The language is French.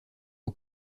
aux